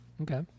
okay